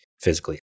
physically